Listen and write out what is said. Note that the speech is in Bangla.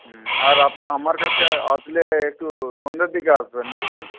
হুম আর আমার কাছে আসলে একটু সন্ধ্যের দিকে আসবেন ঠিক আছে